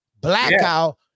Blackout